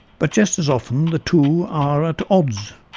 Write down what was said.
but just as often the two are at odds,